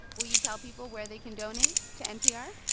will you tell people where they can donate to npr?